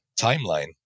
timeline